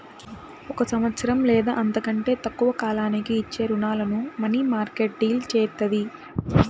ఒక సంవత్సరం లేదా అంతకంటే తక్కువ కాలానికి ఇచ్చే రుణాలను మనీమార్కెట్ డీల్ చేత్తది